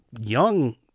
young